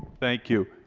thank you.